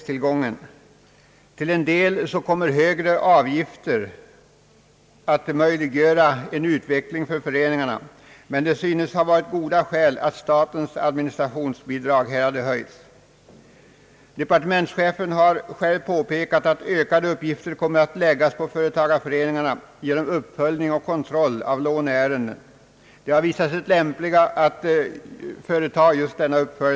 Till en del kommer högre avgifter att möjliggöra en utveckling för föreningarna, men det synes ha funnits god skäl för en höjning av statens administrationsbidrag. Departementschefen har själv påpekat att ökade uppgifter kommer att läggas på företagareföreningarna genom uppföljning och kontroll av låneärenden.